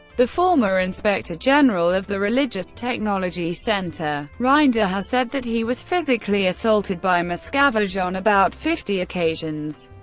the former inspector general of the religious technology center. rinder has said that he was physically assaulted by miscavige on about fifty occasions.